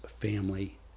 family